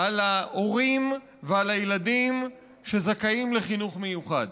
על ההורים ועל הילדים שזכאים לחינוך מיוחד.